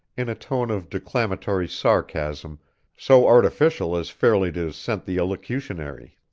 in a tone of declamatory sarcasm so artificial as fairly to scent the elocutionary.